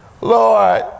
Lord